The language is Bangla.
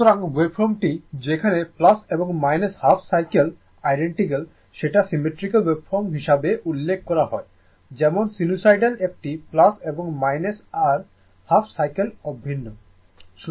সুতরাং ওভফর্ম টি যেখানে এবং হাফ সাইক্লেস অভিন্ন সেটা সিমেট্রিক্যাল ওভফর্ম হিসাবে উল্লেখ করা হয় যেমন সিনুসোইডাল একটি এবং r হাফ সাইক্লেস অভিন্ন